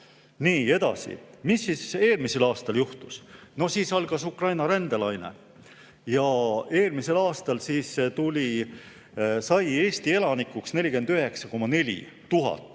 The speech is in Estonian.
Nii, edasi. Mis siis eelmisel aastal juhtus? Siis algas Ukraina rändelaine. Eelmisel aastal sai Eesti elanikuks 49,4 tuhat